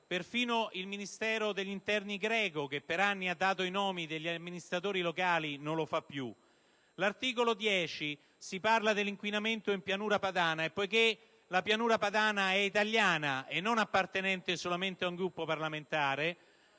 Perfino il Ministero dell'interno greco, che per anni ha dato i nomi degli amministratori locali, non lo fa più. C'è poi l'articolo 10, in cui si parla dell'inquinamento nella Pianura padana. Poiché la Pianura padana è italiana, e non appartiene ad un solo Gruppo parlamentare,